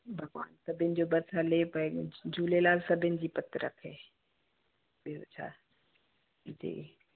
भगवान सभिनि जो बसि हले पियो झूलेलाल सभिनि जी पत रखे ॿियो छा जी